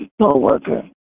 coworker